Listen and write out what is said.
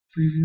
preview